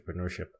entrepreneurship